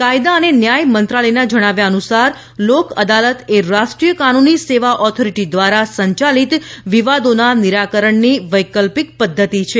કાયદા અને ન્યાય મંત્રાલયનાં જણાવ્યા અનુસાર લોક અદાલત એ રાષ્ટ્રીય કાનૂની સેવા ઓથોરીટી દ્રારા સંચાલીત વિવાદોનાં નિરાકરણની વૈકલ્પિક પધ્ધતિ છે